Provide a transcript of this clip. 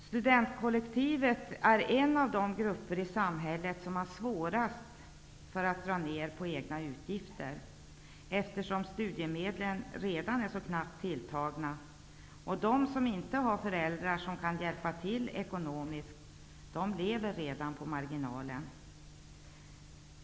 Studentkollektivet är en av de grupper i samhället som har svårast att dra ner på de egna utgifterna, eftersom studiemedlen redan är så knappt tilltagna. De som inte har föräldrar som kan hjälpa till ekonomiskt lever redan på marginalen.